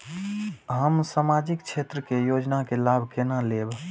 हम सामाजिक क्षेत्र के योजना के लाभ केना लेब?